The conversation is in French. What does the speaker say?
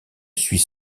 suit